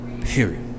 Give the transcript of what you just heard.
Period